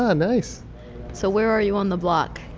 ah nice so where are you on the block?